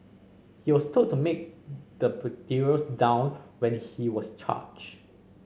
he was told to make the down when he was charged